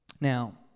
Now